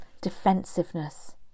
defensiveness